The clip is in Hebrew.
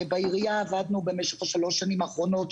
בעירייה עבדנו במשך שלושת השנים האחרונות,